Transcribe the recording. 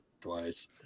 twice